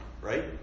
right